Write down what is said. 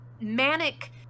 manic